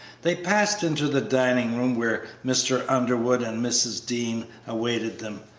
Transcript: they passed into the dining-room where mr. underwood and mrs. dean awaited them,